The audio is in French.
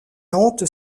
hante